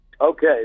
Okay